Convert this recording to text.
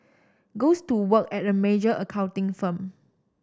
goes to work at a major accounting firm